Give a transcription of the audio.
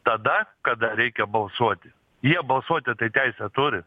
tada kada reikia balsuoti jie balsuoti tai teisę turi